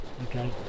okay